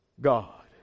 God